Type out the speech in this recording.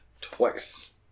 Twice